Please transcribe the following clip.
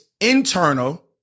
internal